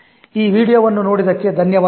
ಈ ವಿಡಿಯೋವನ್ನು ನೋಡಿದ್ದಕ್ಕೆ ಧನ್ಯವಾದಗಳು